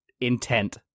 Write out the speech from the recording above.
intent